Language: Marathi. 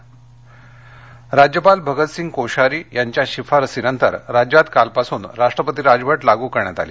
राष्ट्पतीराजवट राज्यपाल भगतसिंग कोश्यारी यांच्या शिफारसीनंतर राज्यात कालपासून राष्ट्रपती राजवट लागू करण्यात आली